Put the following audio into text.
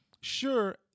sure